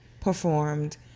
performed